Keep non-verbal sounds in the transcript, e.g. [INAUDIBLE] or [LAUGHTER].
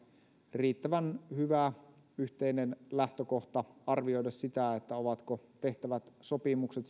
riittävän hyvä yhteinen lähtökohta arvioida sitä ovatko tehtävät sopimukset [UNINTELLIGIBLE]